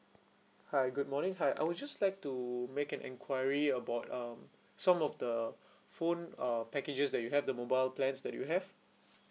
hi good morning hi I would just like to make an enquiry about um some of the phone uh packages that you have the mobile plans that you have